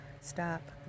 stop